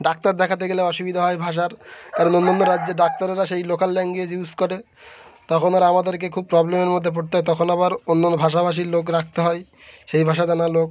doctor দেখাতে গেলে অসুবিধা হয় ভাষার আর অন্যান্য রাজ্যে ডাক্তারেরা সেই লোকাল ল্যাঙ্গুয়েজ ইউস করে তখন আর আমাদেরকে খুব প্রবলেমের মধ্যে পড়তে হয় তখন আবার অন্যান্য ভাষাভাষীর লোক রাখতে হয় সেই ভাষা জানা লোক